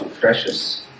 precious